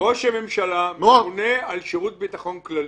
ראש הממשלה ממונה על שירות ביטחון כללי.